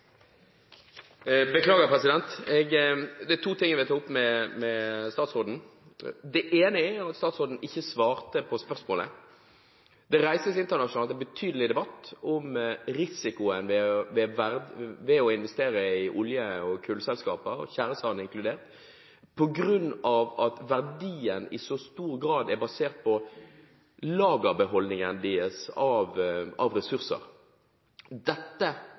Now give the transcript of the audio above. at statsråden ikke svarte på spørsmålet. Det reises internasjonalt betydelig debatt om risikoen ved å investere i olje- og kullselskaper, tjæresand inkludert, på grunn av at verdien i så stor grad er basert på lagerbeholdningen deres av ressurser.